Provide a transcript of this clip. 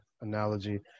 analogy